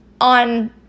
on